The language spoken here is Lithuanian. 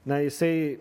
na jisai